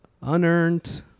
unearned